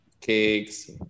cakes